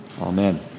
amen